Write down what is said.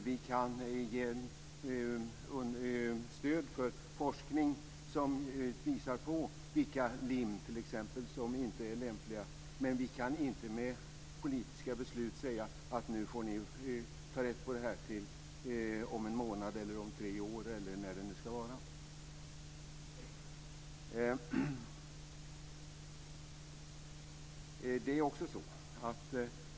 Vi kan ge stöd för forskning som visar på vilka lim t.ex. som inte är lämpliga, men vi kan inte med politiska beslut säga att nu får man ta rätt på det här inom en månad eller om tre år, eller vad det nu ska vara.